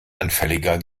anfälliger